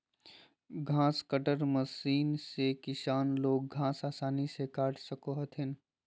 घास cutter machine से किसान लोग घास आसानी से काट सको हथिन